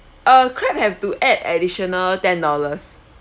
uh crab have to add additional ten dollars